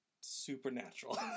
supernatural